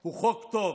הוא חוק טוב,